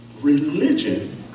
Religion